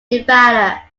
nevada